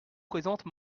présente